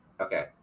Okay